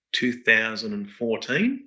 2014